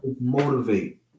motivate